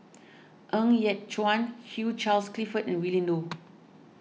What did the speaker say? Ng Yat Chuan Hugh Charles Clifford and Willin Low